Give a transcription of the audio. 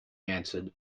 answered